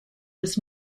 was